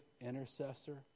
intercessor